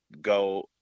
go